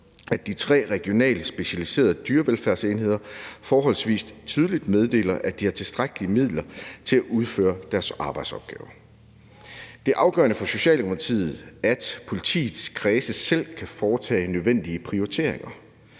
at de tre regionale specialiserede dyrevelfærdsenheder forholdsvis tydeligt meddeler, at de har tilstrækkelige midler til at udføre deres arbejdsopgaver. Det er afgørende for Socialdemokratiet, at politiets kredse selv kan foretage nødvendige prioriteringer.